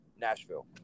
Nashville